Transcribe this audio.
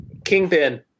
Kingpin